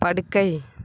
படுக்கை